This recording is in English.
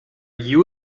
you